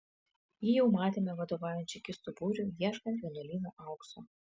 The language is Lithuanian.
jį jau matėme vadovaujant čekistų būriui ieškant vienuolyno aukso